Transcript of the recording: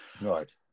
right